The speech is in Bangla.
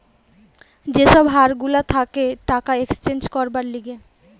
যে সব হার গুলা থাকে টাকা এক্সচেঞ্জ করবার লিগে